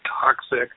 toxic